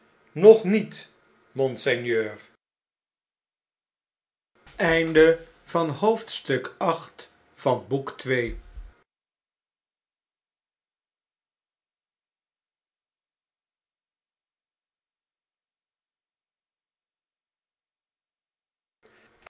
nog niet monseigneur